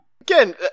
Again